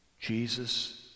Jesus